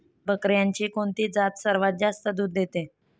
बकऱ्यांची कोणती जात सर्वात जास्त दूध देते?